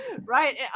Right